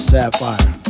Sapphire